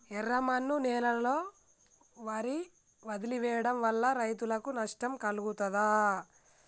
ఎర్రమన్ను నేలలో వరి వదిలివేయడం వల్ల రైతులకు నష్టం కలుగుతదా?